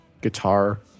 guitar